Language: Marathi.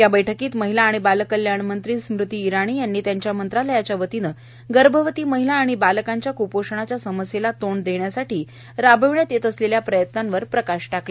या बैठकीत महिला आणि बालकल्याण मंत्री स्मृती ईराणी यांनी त्यांच्या मंत्रालयाच्या वतीनं गर्भवती महिला आणि बालकांच्या क्पोषणाच्या समस्येला तोंड देण्यासाठी राबविण्यात येत असलेल्या प्रयत्नांवर प्रकाश टाकला